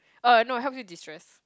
uh no I help you deistress